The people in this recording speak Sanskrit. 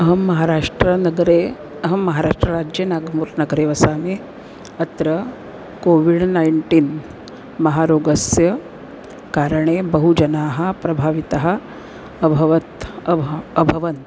अहं महाराष्ट्रनगरे अहं महाराष्ट्रराज्ये नागपूर् नगरे वसामि अत्र कोविड् नैन्टीन् महारोगस्य कारणे बहुजनाः प्रभावितः अभवत् अभ अभवन्